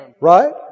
Right